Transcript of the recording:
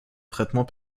traitement